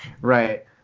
Right